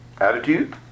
attitude